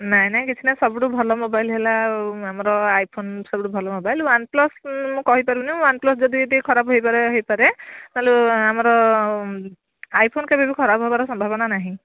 ନାହିଁ ନାହିଁ କିଛି ନାହିଁ ସବୁଠାରୁ ଭଲ ମୋବାଇଲ୍ ହେଲା ଆମର ଆଇଫୋନ୍ ସବୁଠାରୁ ଭଲ ମୋବାଇଲ୍ ୱାନ୍ ପ୍ଲସ୍ ମୁଁ କହିପାରୁନି ୱାନ୍ ପ୍ଲସ୍ ଯଦି ବି ଟିକେ ଖରାପ ହେଇପାରେ ହେଇପାରେ ନହେଲେ ଆମର ଆଇଫୋନ୍ କେବେ ବି ଖରାପ ହେବାର ସମ୍ଭାବନା ନାହିଁ